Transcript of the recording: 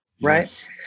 right